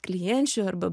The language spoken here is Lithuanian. klienčių arba